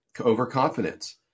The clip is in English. overconfidence